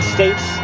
States